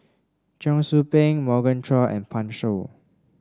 Cheong Soo Pieng Morgan Chua and Pan Shou